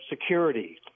security